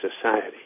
society